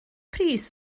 pris